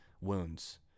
wounds